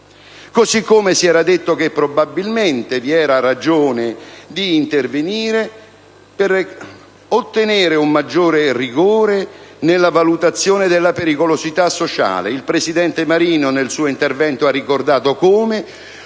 si è evidenziato che probabilmente vi era ragione di intervenire per ottenere un maggior rigore nella valutazione della pericolosità sociale. Il presidente Ignazio Marino, nel suo intervento, ha ricordato che